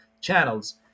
channels